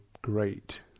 great